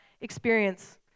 experience